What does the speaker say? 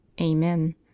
Amen